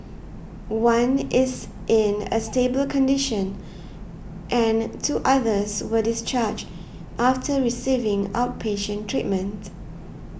one is in a stable condition and two others were discharged after receiving outpatient treatment